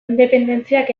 independentziak